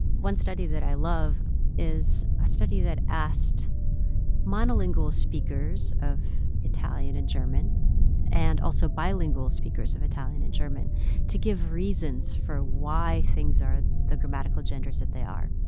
one study that i love is a study that asked monolingual speakers of italian and german and also bilingual speakers of italian and german to give reasons for why things are the grammatical genders that they are.